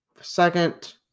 second